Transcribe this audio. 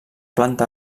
planta